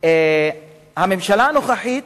הממשלה הנוכחית